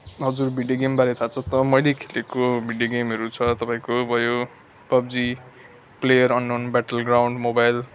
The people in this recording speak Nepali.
हजुर भिडियो गेमबारे थाह छ त मैले खेलेको भिडियो गेमहरू छ तपाईँको भयो PUBG player unknown battleground mobile